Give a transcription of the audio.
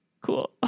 cool